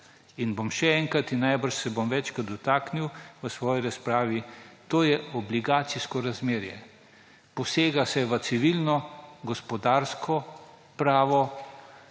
se bom še enkrat, in najbrž še večkrat, dotaknil v svoji razpravi: to je obligacijsko razmerje. Posega se v civilno, gospodarsko pravo,